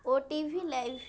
O T V live